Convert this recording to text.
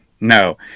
No